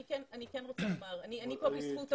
אני רוצה לומר שאני פה בזכות אבות.